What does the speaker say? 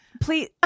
please